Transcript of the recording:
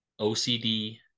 OCD